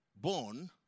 born